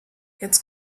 jetzt